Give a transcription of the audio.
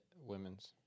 women's